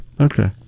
Okay